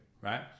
right